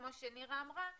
כמו שנירה אמרה,